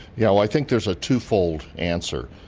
you know i think there's a two-fold answer.